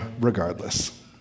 regardless